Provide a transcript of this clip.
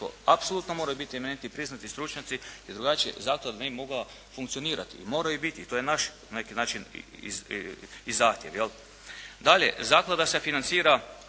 apsolutno moraju biti eminentni i priznati stručnjaci jer drugačije ne bi mogla funkcionirati. To je naš na neki način i zahtjev. Dalje, zaklada se financira